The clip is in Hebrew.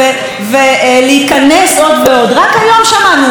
רק היום שמענו אותו: להרוג, לכבוש.